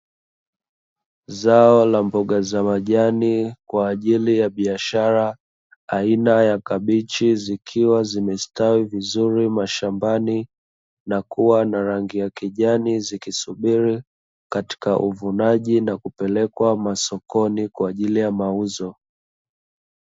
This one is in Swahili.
Zao la mboga za majani kwaajili ya biashara aina ya kabichi zikiwa zimestawi vizuri mashambani na kuwa na rangi ya kijani, zikisubiri katika uvunaji na kupelekwa masokoni kwaajili ya mauzo.